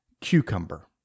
cucumber